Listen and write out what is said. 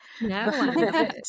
No